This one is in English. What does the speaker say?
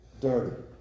dirty